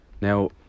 Now